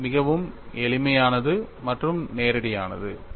அது மிகவும் எளிமையானது மற்றும் நேரடியானது